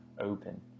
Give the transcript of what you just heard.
open